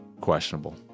questionable